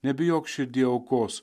nebijok širdy aukos